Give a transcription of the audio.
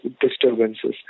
disturbances